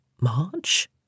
March